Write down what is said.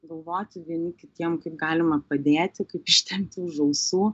galvoti vieni kitiem kaip galima padėti kaip ištempti už ausų